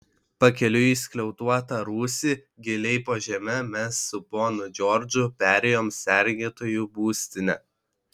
pakeliui į skliautuotą rūsį giliai po žeme mes su ponu džordžu perėjom sergėtojų būstinę